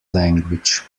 language